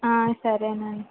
సరేనండి